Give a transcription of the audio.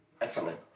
excellent